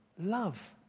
love